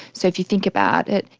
so if you think about it,